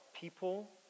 people